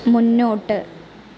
മുന്നോട്ട്